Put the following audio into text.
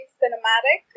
cinematic